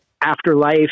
afterlife